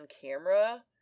camera